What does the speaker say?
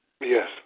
Yes